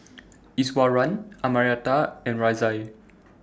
Iswaran Amartya and Razia